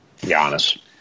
Giannis